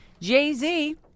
Jay-Z